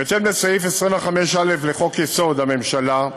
בהתאם לסעיף 25(א) לחוק-יסוד: הממשלה,